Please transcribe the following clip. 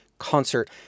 concert